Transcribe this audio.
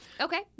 Okay